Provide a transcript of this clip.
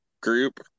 group